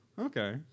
Okay